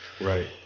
right